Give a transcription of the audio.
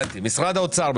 משרד האוצר,